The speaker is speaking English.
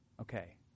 okay